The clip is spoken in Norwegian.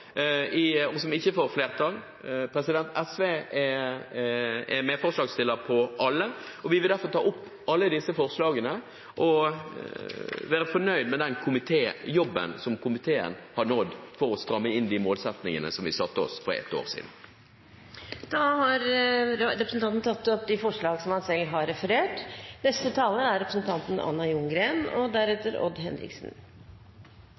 som ikke får flertall. SV er medforslagsstiller til alle. Jeg vil derfor ta opp alle disse forslagene og være fornøyd med det som komiteen har oppnådd for å stramme inn de mål vi satte oss for et år siden. Da har representanten Heikki Eidsvoll Holmås tatt opp de forslagene han refererte til. Saksordføreren har